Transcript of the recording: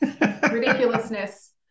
ridiculousness